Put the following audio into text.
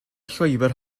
llwybr